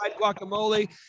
guacamole